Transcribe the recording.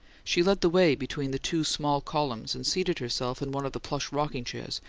she led the way between the two small columns, and seated herself in one of the plush rocking-chairs,